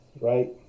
right